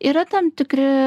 yra tam tikri